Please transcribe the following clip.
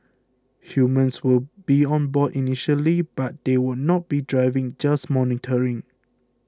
humans will be on board initially but they will not be driving just monitoring